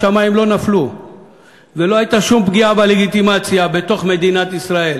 השמים לא נפלו ולא הייתה שום פגיעה בלגיטימציה בתוך מדינת ישראל.